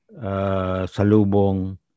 Salubong